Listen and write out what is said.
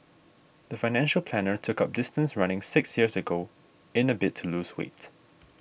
the financial planner took up distance running six years ago in a bid to lose weight